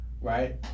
Right